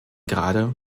gerade